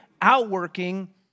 outworking